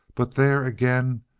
but there, again,